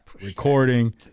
recording